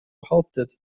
behauptet